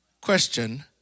Question